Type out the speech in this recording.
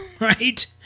right